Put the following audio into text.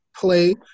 Play